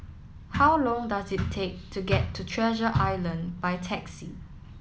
how long does it take to get to Treasure Island by taxi